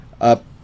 up